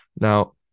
now